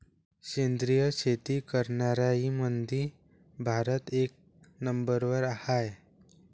सेंद्रिय शेती करनाऱ्याईमंधी भारत एक नंबरवर हाय